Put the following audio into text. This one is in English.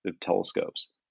telescopes